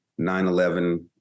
9-11